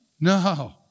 no